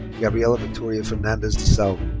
gabriella victoria fernandez so